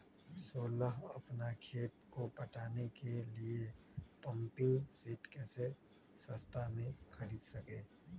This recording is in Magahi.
सोलह अपना खेत को पटाने के लिए पम्पिंग सेट कैसे सस्ता मे खरीद सके?